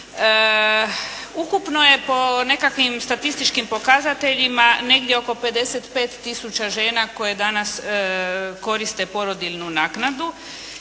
Ukupno je po nekakvim statističkim pokazateljima negdje oko 55 tisuća žena koje danas koriste porodiljnu naknadu.